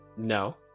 No